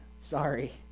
Sorry